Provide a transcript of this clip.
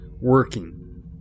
working